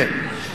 כן.